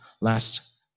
last